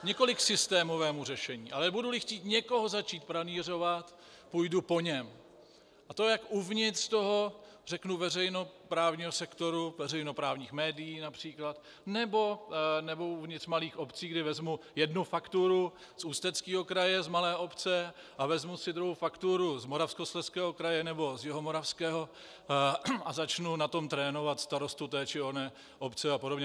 Nikoli k systémovému řešení, ale buduli chtít někoho začít pranýřovat, půjdu po něm, a to jak uvnitř toho, řeknu, veřejnoprávního sektoru, veřejnoprávních médií např. nebo uvnitř malých obcí, kdy vezmu jednu fakturu z Ústeckého kraje z malé obce a vezmu si druhou fakturu z Moravskoslezského nebo Jihomoravského a začnu na tom trénovat starostu té či oné obce apod.